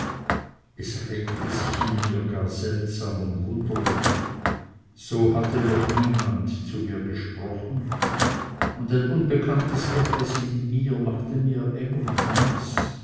es regte sich in mir gar seltsam und wunderlich so hatte noch niemand zu mir gesprochen und ein unbekanntes etwas in mir machte mir eng und heiß